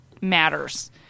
matters